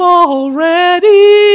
already